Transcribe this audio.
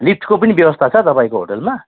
लिफ्टको पनि व्यवस्था छ तपाईँको होटेलमा